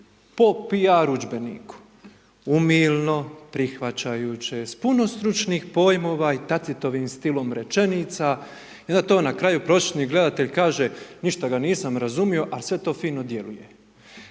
P.R. udžbeniku, umilno prihvaćajući, s puno stručnih pojmova i …/Govornik se ne razumije./… stilom rečenica i onda na kraju prosječni gledatelj kaže, ništa ga nisam razumio a sve to fino djeluje.